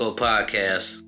podcast